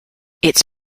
its